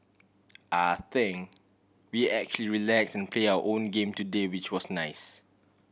I think we actually relax and play our own game today which was nice